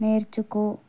నేర్చుకో